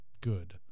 good